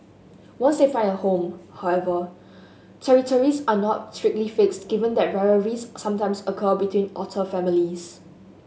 once they find a home however territories are not strictly fixed given that rivalries sometimes occur between otter families